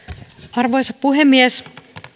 arvoisa puhemies